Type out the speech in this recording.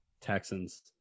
Texans